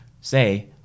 say